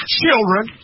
children